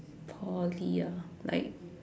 Poly ah like